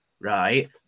Right